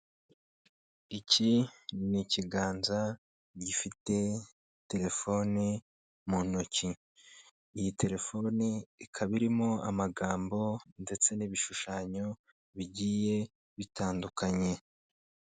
Iki ni ikiganza gifashe telefone. Iyi telefone ikaba irimo amagambo ndetse nibishushanyo bigiye bitandukanye.